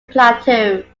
plateau